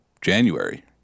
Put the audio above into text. January